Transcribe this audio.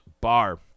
bar